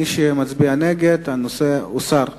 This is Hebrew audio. מי שמצביע נגד, הנושא יוסר מסדר-היום.